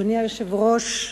אדוני היושב-ראש,